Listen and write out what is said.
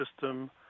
system